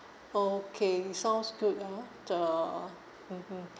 okay sounds good ah the mmhmm